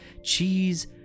cheese